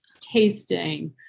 tasting